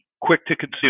quick-to-consume